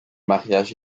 mariages